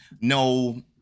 no